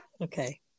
Okay